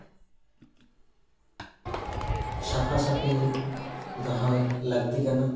ᱥᱟᱯᱷᱟ ᱥᱟᱹᱯᱷᱤ ᱫᱚᱦᱚᱭ ᱞᱟᱹᱠᱛᱤ ᱠᱟᱱᱟ